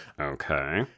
Okay